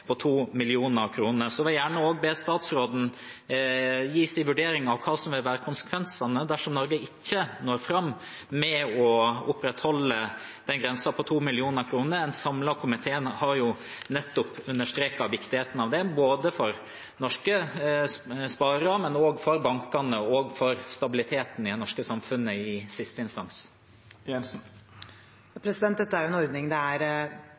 på 2 mill. kr. Jeg vil gjerne be statsråden gi sin vurdering av hva som vil være konsekvensene dersom Norge ikke når fram med å opprettholde grensen på 2 mill. kr. En samlet komité har nettopp understreket viktigheten av det, både for norske sparere, for bankene og for – i siste instans – stabiliteten i det norske samfunnet. Dette er en ordning det er bred enighet i Stortinget om at vi har glede av. Det er